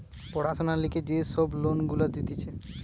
পড়াশোনার লিগে যে সব লোন গুলা দিতেছে